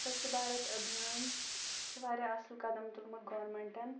سوچھ بھارت أبھیان چھُ واریاہ اصل قَدَم تُلمُت گارمنٹن